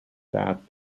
that